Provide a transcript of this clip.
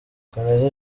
kaneza